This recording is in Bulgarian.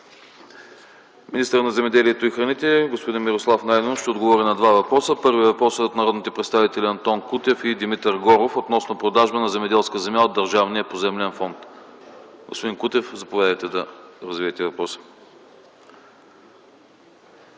Министърът на земеделието и храните господин Мирослав Найденов ще отговори на два въпроса. Първият въпрос е от народните представители Антон Кутев и Димитър Гогов относно продажба на земеделска земя от Държавния поземлен фонд. Господин Кутев, заповядайте да развиете въпроса.